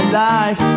life